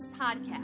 Podcast